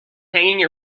hanging